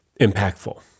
impactful